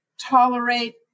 tolerate